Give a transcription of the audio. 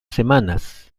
semanas